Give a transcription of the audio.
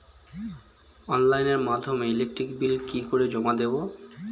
অনলাইনের মাধ্যমে electric bill কি করে জমা দেবো?